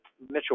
Mitchell